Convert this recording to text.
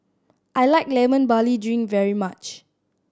I like Lemon Barley Drink very much